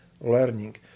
learning